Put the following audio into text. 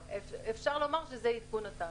אפשר לומר שזה עדכון התמ"א.